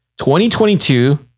2022